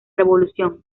revolución